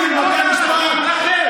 הוא רק אמר שגנץ וביבי,